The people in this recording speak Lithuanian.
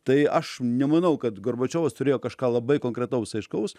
tai aš nemanau kad gorbačiovas turėjo kažką labai konkretaus aiškaus